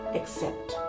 accept